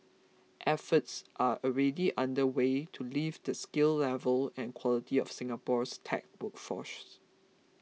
efforts are already underway to lift the skill level and quality of Singapore's tech workforce